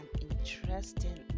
interesting